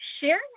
share